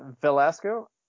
Velasco